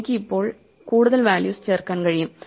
എനിക്ക് ഇപ്പോൾ കൂടുതൽ വാല്യൂസ് ചേർക്കാൻ കഴിയും